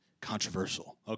controversial